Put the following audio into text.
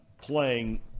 playing